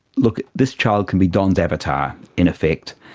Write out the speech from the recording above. look, this child can be don's avatar in effect.